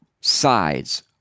sides